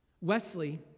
Wesley